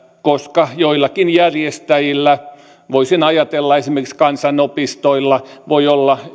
koska joillakin järjestäjillä voisin ajatella että esimerkiksi kansanopistoilla voi olla